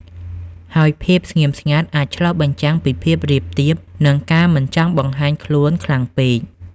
ហើយភាពស្ងៀមស្ងាត់អាចឆ្លុះបញ្ចាំងពីភាពរាបទាប និងការមិនចង់បង្ហាញខ្លួនខ្លាំងពេក។